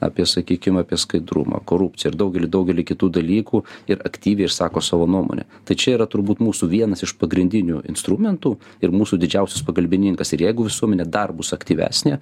apie sakykim apie skaidrumą korupciją ir daugelį daugelį kitų dalykų ir aktyviai išsako savo nuomonę tai čia yra turbūt mūsų vienas iš pagrindinių instrumentų ir mūsų didžiausias pagalbininkas ir jeigu visuomenė dar bus aktyvesnė